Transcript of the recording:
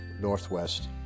northwest